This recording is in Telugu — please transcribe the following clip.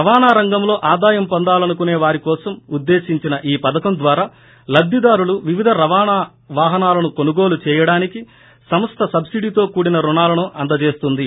రవాణా రంగంలో ఆదాయం పొందాలనుకుసే వారికోసం ఉద్దేశించిన ఈ పధకం ద్వారా లబ్లిదారులు వివిధ రవాణా వాహనాలను కొనుగోలు చేయడానికి సంస్థ సబ్బీడీతో కూడిన రుణాలను అందజేస్తోంది